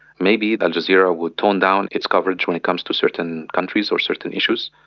maybe al jazeera will tone down its coverage when it comes to certain countries or certain issues.